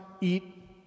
eat